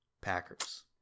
Packers